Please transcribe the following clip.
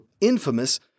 infamous